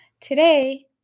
Today